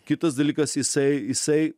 kitas dalykas jisai jisai